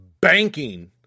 banking